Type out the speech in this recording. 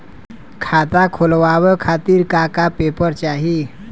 खाता खोलवाव खातिर का का पेपर चाही?